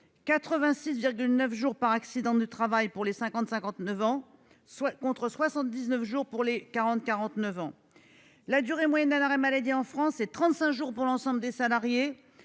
86,9 jours par accident du travail, contre 79 jours pour les 40-49 ans. La durée moyenne d'un arrêt maladie est de 35 jours pour l'ensemble des salariés,